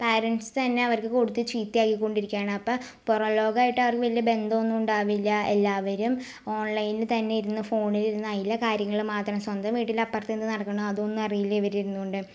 parents തന്നെ അവർക്ക് കൊടുത്ത് ചീത്തയാക്കി കൊണ്ടിരിക്കുകയാണ് അപ്പം പുറം ലോകമായിട്ട് അവർക്ക് വലിയ ബന്ധമൊന്നും ഉണ്ടാവില്ല എല്ലാവരും ഓൺലൈനിൽ തന്നെ ഇരുന്ന് ഫോണിൽ ഇരുന്ന് അതിലെ കാര്യങ്ങൾ മാത്രം സ്വന്തം വീട്ടിലെ അപ്പുറത്ത് എന്ത് നടക്കുന്നു അതൊന്നും അറിയില്ല ഇവർ ഇരുന്ന് കൊണ്ട്